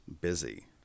busy